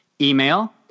Email